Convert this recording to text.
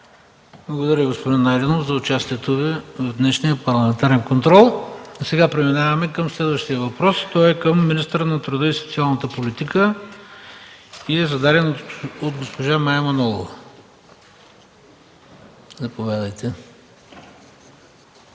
Благодаря, господин Найденов, за участието Ви в днешния парламентарен контрол. Преминаваме към следващия въпрос – към министъра на труда и социалната политика. Зададен е от госпожа Мая Манолова. Заповядайте.